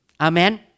Amen